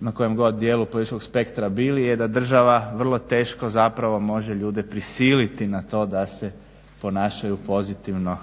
na kojem god dijelu političkog spektra bili je da država vrlo teško zapravo može ljude prisiliti na to da se ponašaju pozitivno